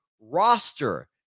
roster